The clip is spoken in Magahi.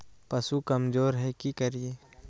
पशु कमज़ोर है कि करिये?